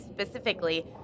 specifically